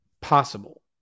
possible